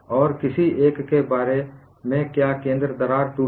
और किसी एक के बारे में क्या केंद्र दरार टूटी